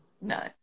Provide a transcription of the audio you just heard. no